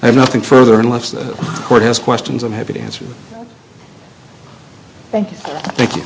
have nothing further unless the court has questions i'm happy to answer thank you